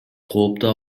кооптуу